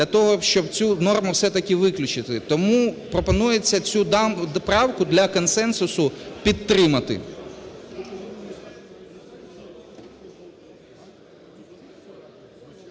для того, щоб цю норму все-таки виключити. Тому пропонується цю правку для консенсусу підтримати.